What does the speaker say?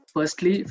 Firstly